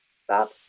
stop